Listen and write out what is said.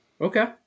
Okay